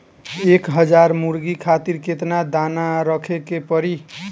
एक हज़ार मुर्गी खातिर केतना दाना रखे के पड़ी?